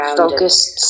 focused